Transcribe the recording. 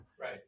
Right